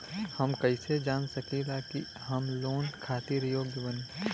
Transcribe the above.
हम कईसे जान सकिला कि हम लोन खातिर योग्य बानी?